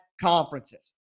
conferences